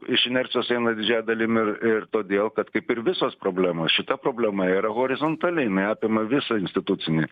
iš inercijos eina didžiąja dalim ir ir todėl kad kaip ir visos problemos šita problema yra horizontali jinai apima visą institucinį